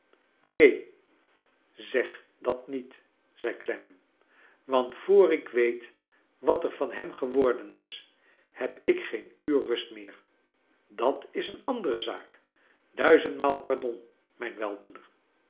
neen zeg dat met zei clennam want voor ik weet wat er van hem geworden is heb ik geen uur rust meer dat is een andere zaak duizend maal pardon i mijn